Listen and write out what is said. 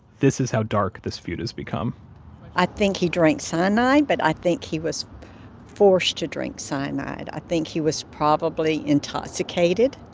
this is how dark this feud has become i think he drank cyanide, but i think he was forced to drink cyanide. i think he was probably intoxicated